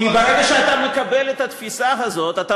כי ברגע שאתה מקבל את התפיסה הזאת אתה